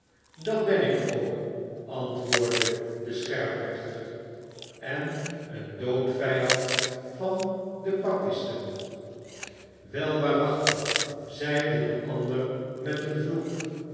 dat ben ik k antwoordde de scherprechter en een doodvijand van de papisten swel waarachtig zeide de ander met een vloek